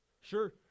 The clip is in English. sure